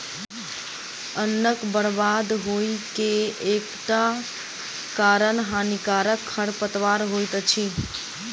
अन्नक बर्बाद होइ के एकटा कारण हानिकारक खरपात होइत अछि